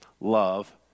love